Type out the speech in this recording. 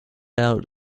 out